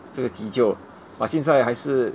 这个急救 but 现在还是